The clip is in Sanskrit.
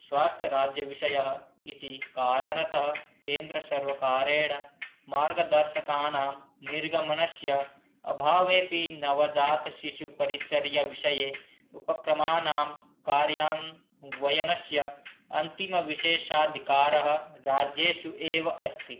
स्वास्थ्यराज्यविषयः इति कारणतः केन्द्रसर्वकारेण मार्गदर्शकानां निर्गमनस्य अभावेपि नवजातशिशुपरिचर्याविषये उपक्रमानां कार्यान्वयस्य अन्तिमविशेषाधिकारः राज्येषु एव अस्ति